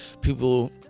people